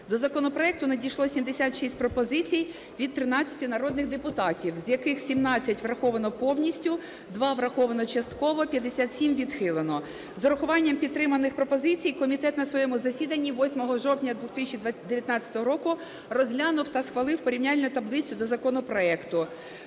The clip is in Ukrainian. До законопроекту надійшло 76 пропозицій від 13 народних депутатів, з яких 17 враховано повністю, 2 враховано частково, 57 відхилено. З урахуванням підтриманих пропозицій комітет на своєму засіданні 8 жовтня 2019 року розглянув та схвалив порівняльну таблицю до законопроекту.